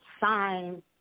sign